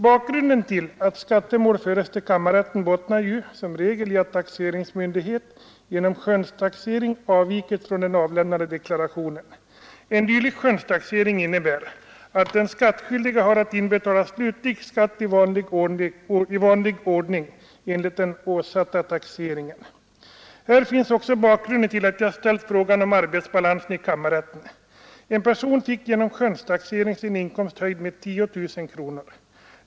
Bakgrunden till att skattemål föres till kammarrätten är ju som regel att taxeringsmyndighet genom skönstaxering avvikit från den avlämnade deklarationen. En dylik skönstaxering innebär att den skattskyldige har att inbetala slutlig skatt i vanlig ordning enligt den åsatta taxeringen. Här finns också bakgrunden till att jag ställt frågan om arbetsbalansen i kammarrätten. En person fick genom skönstaxering sin inkomst höjd med 10 000 kronor.